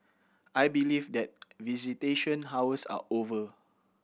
I believe that visitation hours are over